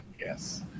yes